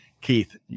Keith